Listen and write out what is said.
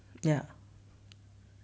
ya